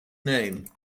name